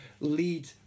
lead